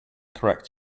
correct